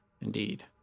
Indeed